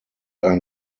ein